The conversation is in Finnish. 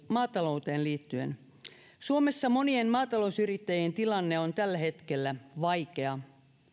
maatalouteen liittyen suomessa monien maatalousyrittäjien tilanne on tällä hetkellä vaikea